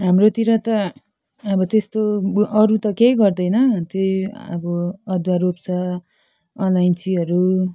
हाम्रोतिर त अब त्यस्तो अब अरू त केही गर्दैन त्यही अब अदुवा रोप्छ अलैँचीहरू